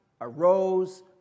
arose